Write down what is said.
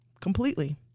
Completely